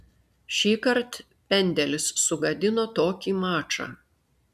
šįkart pendelis sugadino tokį mačą